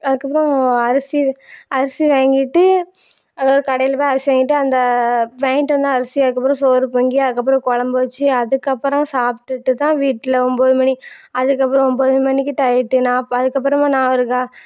அதுக்கு அப்புறம் அரிசி அரிசி வாங்கிட்டு எதாவது கடையில் போய் அரிசி வாங்கிட்டு அந்த வாங்கிட்டு வந்த அரிசியை அதுக்கு அப்புறம் சோறு பொங்கி அதுக்கு அப்புறம் கொழம்பு வச்சு அதுக்கு அப்புறம் சாப்பிட்டுட்டு தான் வீட்டில் ஒம்பது மணி அதுக்கு அப்புறம் ஒம்பது மணிக்கிட்ட ஆகிட்டு நான் அதுக்கு அப்புறமா நான் ஒரு க